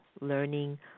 learning